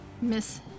Miss